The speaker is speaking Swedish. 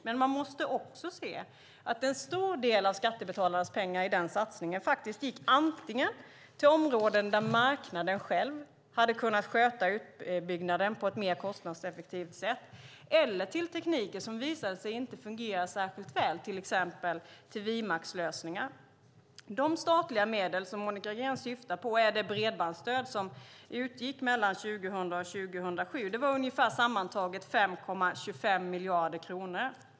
Men man måste också se att en stor del av skattebetalarnas pengar till den satsningen gick antingen till områden där marknaden själv hade kunnat sköta utbyggnaden på ett mer kostnadseffektivt sätt eller till teknik som inte visade sig fungera särskilt väl, till exempel till Wimaxlösningar. De statliga medel som Monica Green åsyftar är det bredbandsstöd som utgick åren 2001-2007, sammantaget ungefär 5,25 miljarder kronor.